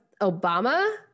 Obama